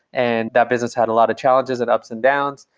and that business had a lot of challenges and ups and downs.